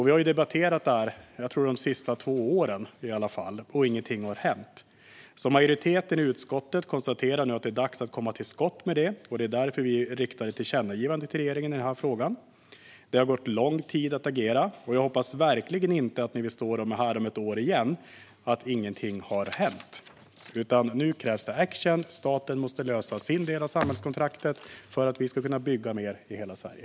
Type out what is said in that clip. Vi har debatterat det här de senaste två åren, men ingenting har hänt. Majoriteteten i utskottet konstaterar nu att det är dags att komma till skott med detta. Det är därför som vi riktar ett tillkännagivande till regeringen i frågan. Det har tagit lång tid att agera. Jag hoppas verkligen inte att vi står här om ett år igen utan att någonting har hänt. Nu krävs det action. Staten måste hålla sin del av samhällskontraktet för att vi ska kunna bygga mer i hela Sverige.